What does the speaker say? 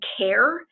care